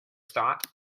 thought